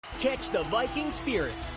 catch the viking spirit,